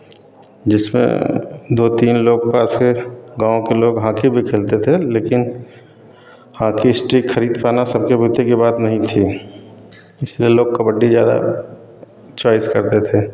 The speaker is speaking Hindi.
जिसमें दो तीन लोग पास के गाँव के लोग हॉकी भी खेलते थे लेकिन हाकी स्टिक खरीद पाना सबके बूते की बात नहीं थी इसलिए लोग कबड्डी ज़्यादा चॉइस करते थे